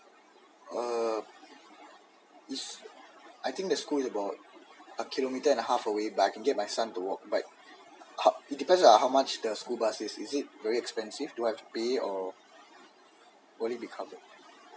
uh it's I think the school is about a kilometer and a half away but I can get my son to walk but ho~ it depends on how much the school bus is is it very expensive do I have to pay or will it be covered